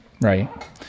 right